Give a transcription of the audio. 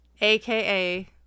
AKA